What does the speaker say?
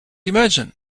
imagine